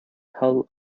hull